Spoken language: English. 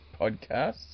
podcasts